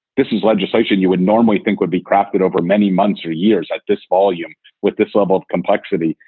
this is legislation you would normally think would be crafted over many months or years at this volume with this level of complexity.